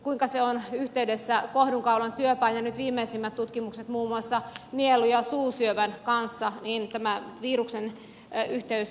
kuinka se on yhteydessä kohdunkaulan syöpään ja nyt viimeisimpien tutkimusten mukaan muun muassa nielu ja suusyövän kanssa niin tämä viruksen ja suusyöpään